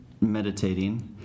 meditating